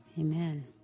Amen